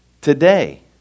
today